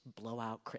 blowout